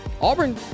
Auburn